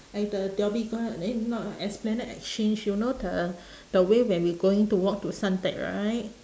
at the dhoby ghaut eh no no esplanade-xchange you know the the way when we going to walk to suntec right